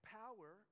power